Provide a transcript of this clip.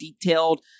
detailed